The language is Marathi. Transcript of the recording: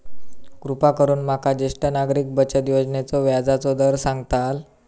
कृपा करून माका ज्येष्ठ नागरिक बचत योजनेचो व्याजचो दर सांगताल